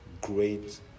great